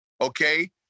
Okay